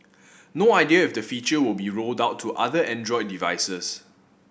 no idea if the feature will be rolled out to other Android devices